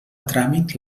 tràmit